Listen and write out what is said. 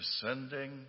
descending